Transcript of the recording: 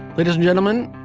ladies and gentlemen,